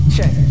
Check